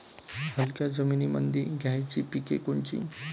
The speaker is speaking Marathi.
हलक्या जमीनीमंदी घ्यायची पिके कोनची?